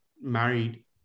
married